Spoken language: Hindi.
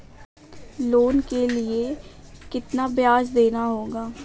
लोन के लिए कितना ब्याज देना होगा?